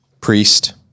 Priest